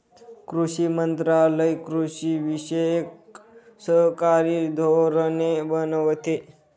कृषी मंत्रालय कृषीविषयक सरकारी धोरणे बनवते